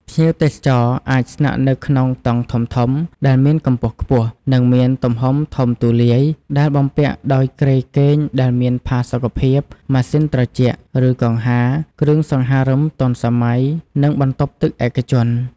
ភ្ញៀវទេសចរអាចស្នាក់នៅក្នុង តង់ធំៗដែលមានកម្ពស់ខ្ពស់ និងមានទំហំធំទូលាយ ដែលបំពាក់ដោយគ្រែគេងដែលមានផាសុកភាព ម៉ាស៊ីនត្រជាក់ ឬកង្ហារ គ្រឿងសង្ហារិមទាន់សម័យ និងបន្ទប់ទឹកឯកជន។